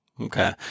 Okay